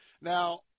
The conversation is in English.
now